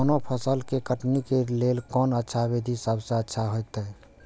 कोनो फसल के कटनी के लेल कोन अच्छा विधि सबसँ अच्छा होयत?